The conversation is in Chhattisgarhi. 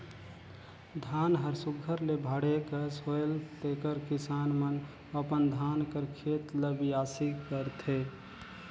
धान हर सुग्घर ले बाढ़े कस होएल तेकर किसान मन अपन धान कर खेत ल बियासी करथे